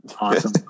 awesome